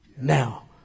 now